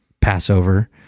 Passover